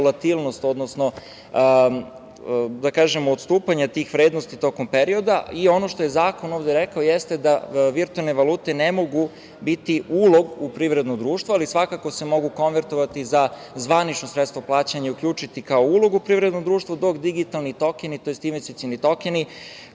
vulatilnost, odnosno odstupanja od tih vrednosti tokom perioda i ono što je zakon ovde rekao jeste da virtuelne valute ne mogu biti ulog u privredno društvo, ali svakako se mogu konvertovati za zvanično sredstvo plaćanja, uključiti kao ulog u privredno društvo, dok digitalni tokeni, to jest investicioni tokeni